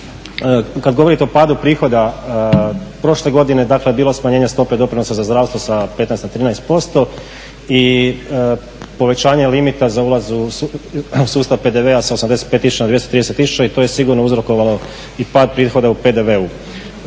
Kada govorite o padu prihoda, prošle godine je bilo smanjenje stope doprinosa za zdravstvo sa 15 na 13% i povećanje limita za ulaz u sustav PDV-a sa 85 tisuća na 230 tisuća i to je sigurno uzrokovalo i pad prihoda u PDV-u.